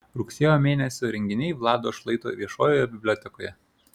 rugsėjo mėnesio renginiai vlado šlaito viešojoje bibliotekoje